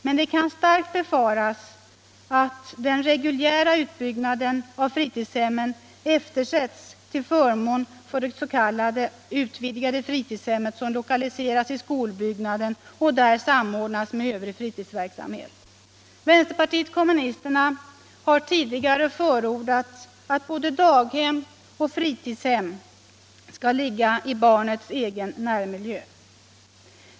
Men det kan starkt befaras att den reguljära utbyggnaden av fritidshemmen eftersätts till förmån för det s.k. utvidgade fritidshemmet som lokaliseras i skolbyggnaden och där samordnas med övrig fritidsverksamhet. Vänsterpartiet kommunisterna har tidigare förordat att både daghem och fritidshem skall ligga i barnets egen närmiljö.